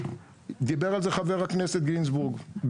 דיבר על זה חבר הכנסת גינזבורג,